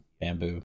bamboo